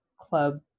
Club